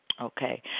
okay